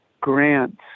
grants